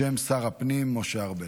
בשם שר הפנים משה ארבל.